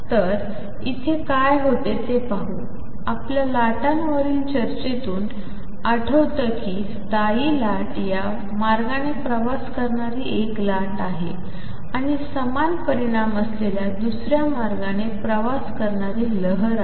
तर येथे काय होते ते पाहू आपल्या लाटांवरील चर्चेतून आठवतं की स्थायी लाट या मार्गाने प्रवास करणारी एक लाट आहे आणि समान परिमाण असलेल्या दुसर्या मार्गाने प्रवास करणारी लहर आहे